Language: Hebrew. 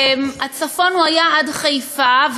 הצפון היה עד חיפה,